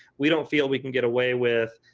we don't feel we can get away with